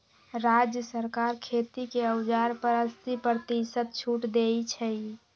राज्य सरकार खेती के औजार पर अस्सी परतिशत छुट देई छई